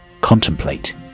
contemplate